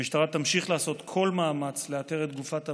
המשטרה תמשיך לעשות כל מאמץ לאתר את גופת המנוחה.